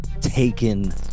taken